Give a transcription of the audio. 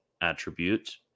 attribute